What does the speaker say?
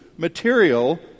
material